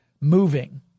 moving